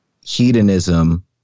hedonism